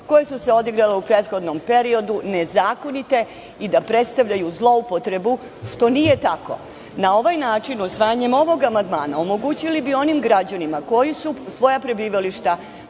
koje su se odigrale u prethodnom periodu, nezakonite, ali i da predstavljaju zloupotrebu što nije tako. Na ovaj način usvajanjem ovog amandmana omogućili bi svojim građanima koji su svoja prebivališta